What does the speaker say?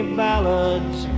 ballads